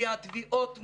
כי התביעות מורכבות.